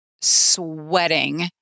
sweating